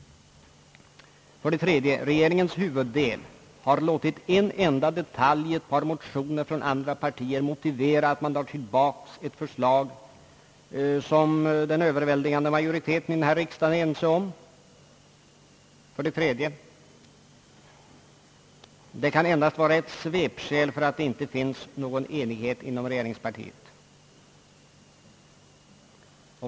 För det tredje har huvuddelen av regeringsledamöterna låtit en enda detalj i ett par motioner från andra partier motivera tillbakadragandet av ett förslag, som den överväldigande majoriteten i riksdagen är överens om. För det fjärde kan den angivna motiveringen endast vara ett svepskäl för att det inte finns någon enighet inom regeringspartiet.